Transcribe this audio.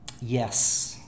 yes